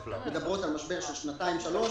גם התחזיות הבין-לאומיות מדברות על משבר של שנתיים שלוש.